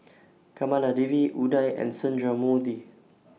Kamaladevi Udai and Sundramoorthy